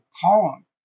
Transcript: column